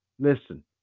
listen